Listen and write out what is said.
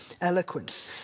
eloquence